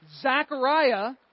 Zechariah